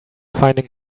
finding